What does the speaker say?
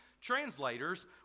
translators